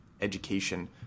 education